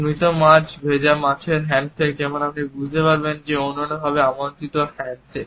মৃত মাছ বা ভেজা মাছের হ্যান্ডশেক যেমন আপনি বুঝতে পারেন একটি অনন্যভাবে আমন্ত্রিত হ্যান্ডশেক